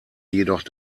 jedoch